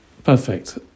Perfect